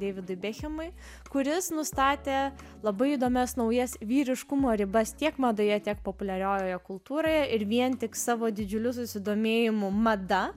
deividui bekhemui kuris nustatė labai įdomias naujas vyriškumo ribas tiek madoje tiek populiariojoje kultūroje ir vien tik savo didžiuliu susidomėjimu mada